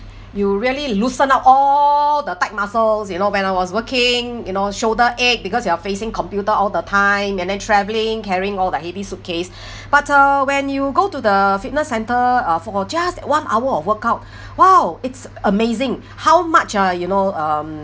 you really loosen up all the tight muscles you know when I was working you know shoulder ache because you are facing computer all the time and then travelling carrying all the heavy suitcase but uh when you go to the fitness centre uh for just one hour of workout !wow! it's amazing how much uh you know um